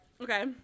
Okay